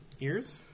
ears